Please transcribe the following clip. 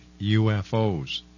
UFOs